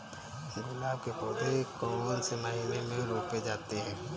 गुलाब के पौधे कौन से महीने में रोपे जाते हैं?